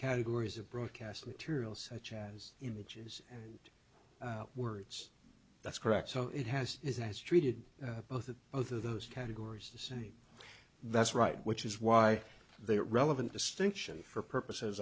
categories of broadcast material such as images words that's correct so it has is has treated both of both of those categories the same that's right which is why they're relevant distinction for purposes